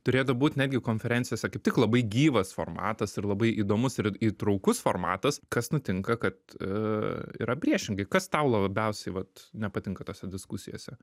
turėtų būt netgi konferencijose kaip tik labai gyvas formatas ir labai įdomus ir į įtraukus formatas kas nutinka kad a yra priešingai kas tau labiausiai vat nepatinka tose diskusijose